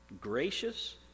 gracious